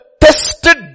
tested